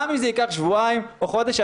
גם אם זה ייקח שבועיים או חודש.